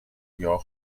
your